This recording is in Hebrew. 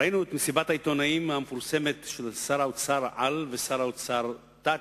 ראינו את מסיבת העיתונאים המפורסמת של "שר האוצר על" ו"שר האוצר תת",